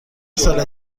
سال